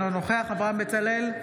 אינו נוכח אברהם בצלאל,